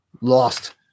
lost